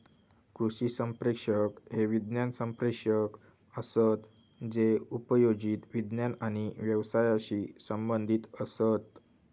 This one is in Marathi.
कृषी संप्रेषक हे विज्ञान संप्रेषक असत जे उपयोजित विज्ञान आणि व्यवसायाशी संबंधीत असत